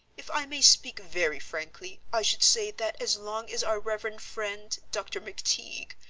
if i may speak very frankly i should say that as long as our reverend friend, dr. mcteague,